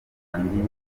batangiye